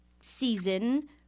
season